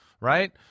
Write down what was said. right